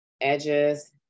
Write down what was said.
edges